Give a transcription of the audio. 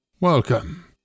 Welcome